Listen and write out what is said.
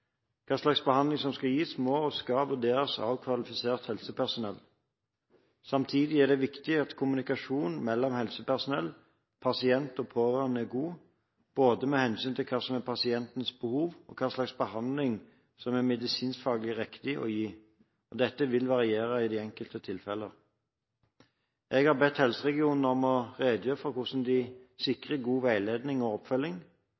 Hva slags behandling som skal gis, må og skal vurderes av kvalifisert helsepersonell. Samtidig er det viktig at kommunikasjonen mellom helsepersonell, pasient og pårørende er god både med hensyn til hva som er pasientens behov, og hva slags behandling som er medisinsk-faglig riktig å gi. Dette vil variere i de enkelte tilfeller. Jeg har bedt helseregionene om å redegjøre for hvordan de sikrer god veiledning og oppfølging,